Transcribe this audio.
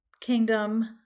kingdom